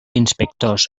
inspectors